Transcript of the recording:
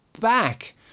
back